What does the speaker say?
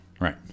right